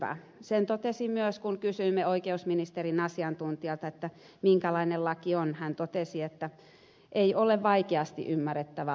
oikeusministeriön asiantuntija totesi myös kun kysyimme häneltä minkälainen laki on että ei ole vaikeasti ymmärrettävä laki